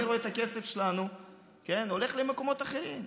אני רואה את הכסף שלנו הולך למקומות אחרים,